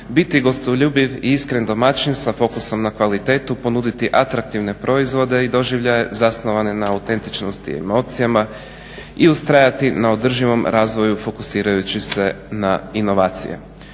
biti gostoljubiv i iskren domaćin sa fokusom na kvalitetu, ponuditi atraktivne proizvode i doživljaje zasnovane na autentičnosti i emocijama i ustrajati na održivom razvoju fokusirajući se na inovacije.